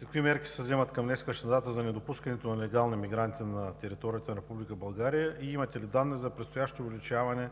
Какви мерки се вземат към днешна дата, за недопускането на нелегални емигранти на територията на Република България? Имате ли данни за предстоящо увеличаване